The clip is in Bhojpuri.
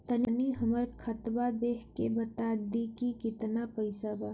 तनी हमर खतबा देख के बता दी की केतना पैसा बा?